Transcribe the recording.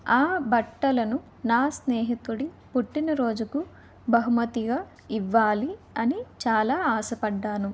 ఆ బట్టలను నా స్నేహితుడి పుట్టినరోజుకు బహుమతిగా ఇవ్వాలి అని చాలా ఆశపడ్డాను